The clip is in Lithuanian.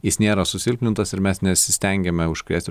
jis nėra susilpnintas ir mes nesistengiame užkrėsti